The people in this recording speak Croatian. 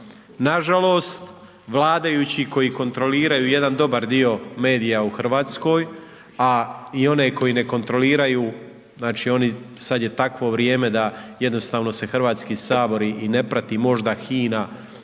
Nažalost vladajući koji kontroliraju jedan dobar dio medija u Hrvatskoj, a i one koje ne kontroliraju znači oni, sad je takvo vrijeme da jednostavno se Hrvatski sabor i ne prati, možda HINA nešto